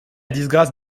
disgrâce